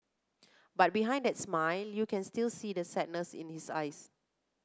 but behind that smile you can still see the sadness in his eyes